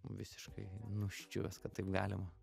visiškai nuščiuvęs kad taip galima